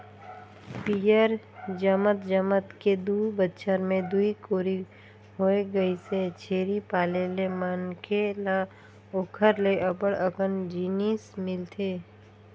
पियंर जमत जमत के दू बच्छर में दूई कोरी होय गइसे, छेरी पाले ले मनखे ल ओखर ले अब्ब्ड़ अकन जिनिस मिलथे